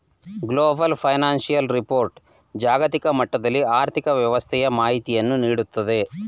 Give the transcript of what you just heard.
global financial report ಜಾಗತಿಕ ಮಟ್ಟದಲ್ಲಿ ಆರ್ಥಿಕ ವ್ಯವಸ್ಥೆಯ ಮಾಹಿತಿಯನ್ನು ನೀಡುತ್ತದೆ